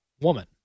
woman